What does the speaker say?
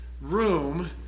room